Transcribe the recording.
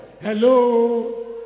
Hello